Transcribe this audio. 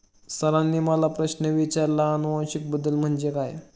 सरांनी मला प्रश्न विचारला आनुवंशिक बदल म्हणजे काय?